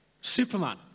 Superman